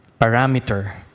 parameter